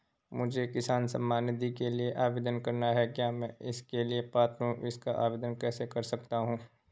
मुझे किसान सम्मान निधि के लिए आवेदन करना है क्या मैं इसके लिए पात्र हूँ इसका आवेदन कैसे कर सकता हूँ?